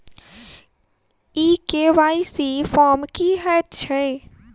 ई KYC form की हएत छै?